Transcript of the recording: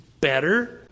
better